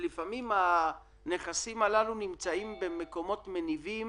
לפעמים הנכסים הללו נמצאים במקומות מניבים